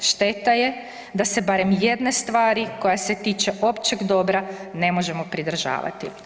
Šteta je da se barem jedne stvari koja se tiče općeg dobra ne možemo pridržavati.